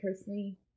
personally